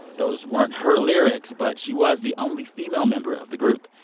those weren't her lyrics, but she was the only female member of the group.